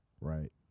Right